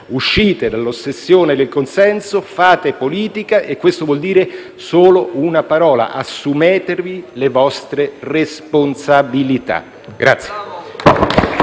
Uscite dall'ossessione del consenso, fate politica. Questo vuol dire solo una parola: assumetevi le vostre responsabilità.